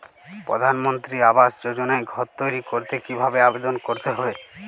প্রধানমন্ত্রী আবাস যোজনায় ঘর তৈরি করতে কিভাবে আবেদন করতে হবে?